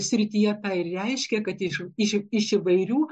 srityje tą ir reiškia kad iš iš įvairių